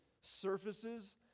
surfaces